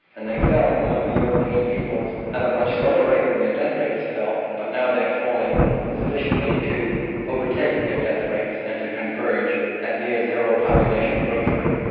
and they fell among the european peoples at a much slower rate than their death rates fell but now they are falling sufficiently to overtake their death rates and to converge at near zero population growth rate.